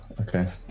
okay